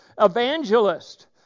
evangelist